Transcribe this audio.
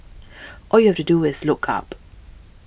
all you have to do is look up